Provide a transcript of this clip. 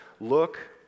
Look